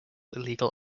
illegal